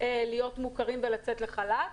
ופיצויים וחל"ת.